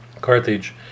Carthage